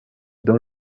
dans